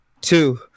two